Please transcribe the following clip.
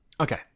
Okay